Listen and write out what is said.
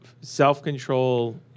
self-control